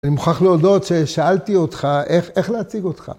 אני מוכרח להודות ששאלתי אותך איך להציג אותך.